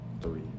Three